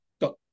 got